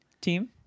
Team